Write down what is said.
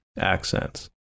accents